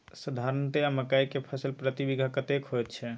साधारणतया मकई के फसल प्रति बीघा कतेक होयत छै?